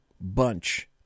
bunch